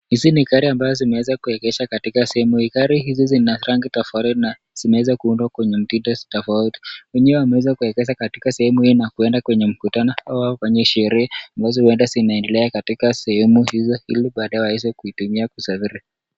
Hizi ni gari ambazo zimeweza kuegesgwa sehemu hii. Gari hizi zina rangi tofauti zinaweza kupitia kwenye njia tofauti . Wameeeza kuengesha sehemu hii Kisha kuenda mkutano na kwenye sherehe Kisha baadae waitumie kusafiri.